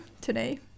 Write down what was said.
today